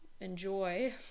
enjoy